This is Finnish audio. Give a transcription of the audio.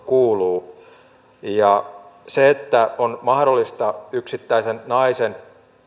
kuuluu se että on mahdollista yksittäisen naisen